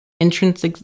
entrance